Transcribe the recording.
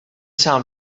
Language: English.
sound